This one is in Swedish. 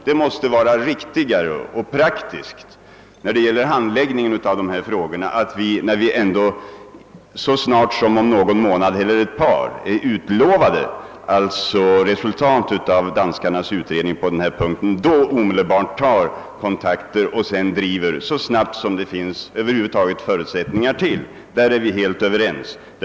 Det måste vara riktigare och mera praktiskt vad gäller handläggningen av dessa frågor att vi, när vi ändå så snart som om någon månad eller ett par är utlovade resultat av danskarnas utredning, då omedelbart tar kontakter och sedan handlar så snabbt som det över huvud taget finns förutsättningar för. Därom är vi helt ense.